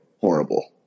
horrible